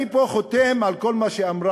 אני פה חותם על כל מה שאמרה